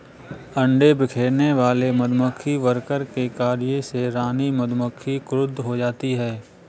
अंडे बिखेरने वाले मधुमक्खी वर्कर के कार्य से रानी मधुमक्खी क्रुद्ध हो जाती है